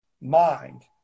mind